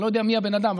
אני לא יודע מי הבן אדם,